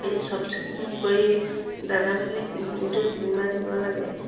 সেই চাফ চিকুণ কৰি দানা পানী নিতৌ তিনিবাৰ দিব লাগে